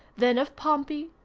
then of pompey,